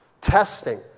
testing